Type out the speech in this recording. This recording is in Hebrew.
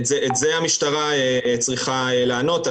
על זה המשטרה צריכה לענות.